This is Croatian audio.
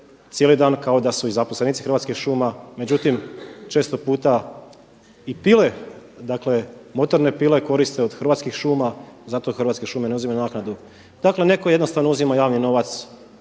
cijeli dan kao i da su zaposlenici Hrvatskih šuma, međutim često puta i motorne pile koriste od Hrvatskih šuma, za to Hrvatske šume ne uzimaju naknadu. Dakle neko jednostavno uzima javni novac